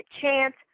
chance